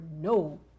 no